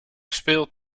speelt